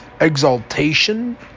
exaltation